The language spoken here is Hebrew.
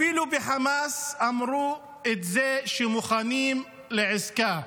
אפילו בחמאס אמרו את זה, שמוכנים לעסקה.